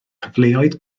cyfleoedd